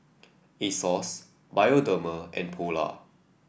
Asos Bioderma and Polar